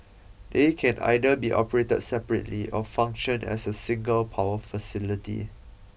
they can either be operated separately or function as a single power facility